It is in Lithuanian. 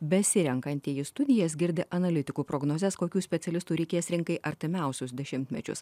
besirenkantieji studijas girdi analitikų prognozes kokių specialistų reikės rinkai artimiausius dešimtmečius